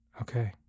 Okay